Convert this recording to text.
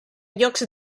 llocs